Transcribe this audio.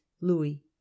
louis